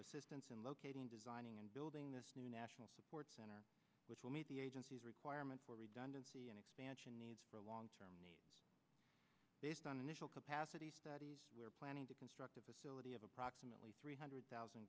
assistance in locating designing and building this new national support center which will meet the agency's requirement for redundancy and expansion needs for long term needs based on initial capacity studies we are planning to construct a facility of approximately three hundred thousand